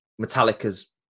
Metallica's